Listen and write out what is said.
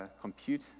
compute